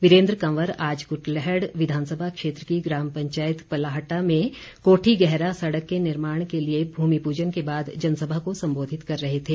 वीरेन्द्र कंवर आज कुटलैहड़ विधानसभा क्षेत्र की ग्राम पंचायत पलाहटा में कोठी गैहरा सड़क के निर्माण के लिए भूमि पूजन के बाद जनसभा को संबोधित कर रहे थे